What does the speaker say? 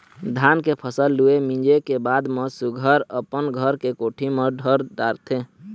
धान के फसल लूए, मिंजे के बाद म सुग्घर अपन घर के कोठी म धर डारथे